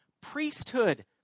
priesthood